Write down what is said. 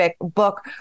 book